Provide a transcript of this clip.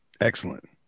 Excellent